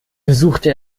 besuchte